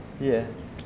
yes